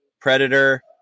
Predator